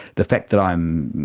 the fact that i am